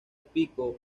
pico